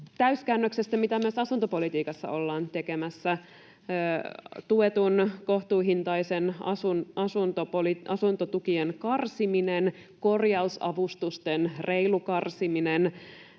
täyskäännöksestä, mitä asuntopolitiikassa ollaan tekemässä. Tuettujen, kohtuuhintaisten asuntotukien karsiminen ja korjausavustusten reilu karsiminen